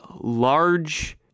large